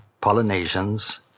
Polynesians